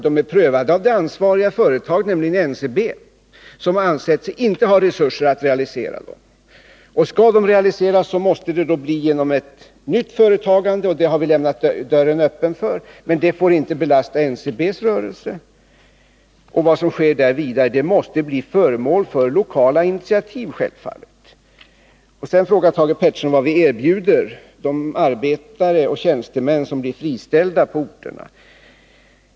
De har prövats av det ansvariga företaget, nämligen NCB, som ansett sig inte ha resurser att realisera dem. Skall de realiseras måste det bli genom ett nytt företagande. och det har vi lämnat dörren öppen för. Men det får inte belasta NCB:s rörelse. Vad som sker vidare i den frågan måste självfallet bli föremål för lokala initiativ. Sedan frågar Thage Peterson vad vi erbjuder de arbetare och tjänstemän som blir friställda på de här orterna.